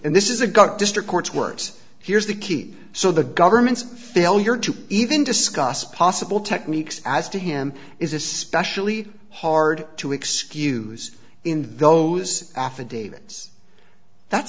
so this is a got district courts words here's the key so the government's failure to even discuss possible techniques as to him is especially hard to excuse in those affidavits that